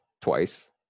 twice